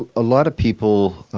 ah a lot of people